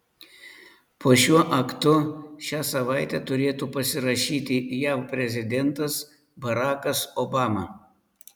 po šiuo aktu šią savaitę turėtų pasirašyti jav prezidentas barakas obama